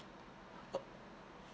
o~